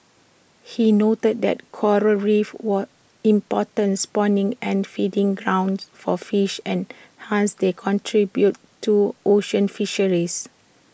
he noted that Coral reefs were important spawning and feeding grounds for fish and hence they contribute to ocean fisheries